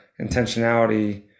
intentionality